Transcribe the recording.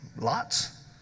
Lots